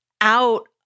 out